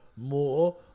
more